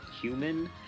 human